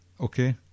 Okay